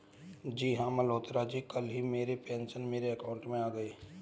जी हां मल्होत्रा जी कल ही मेरे पेंशन मेरे अकाउंट में आ गए